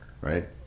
right